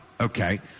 okay